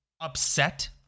upset